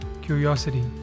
curiosity